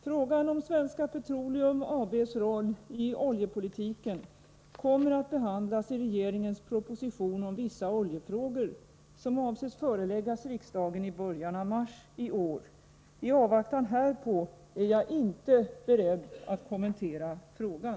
Frågan om Svenska Petroleum AB:s roll i oljepolitiken kommer att behandlas i regeringens proposition om vissa oljefrågor som avses föreläggas riksdagen i början av mars i år. I avvaktan härpå är jag inte beredd att kommentera frågan.